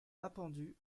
appendus